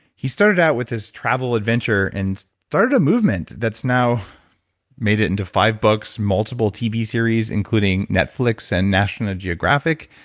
he started out with his travel adventure and started a movement that's now made it into five books, multiple tv series, including netflix and national geographic,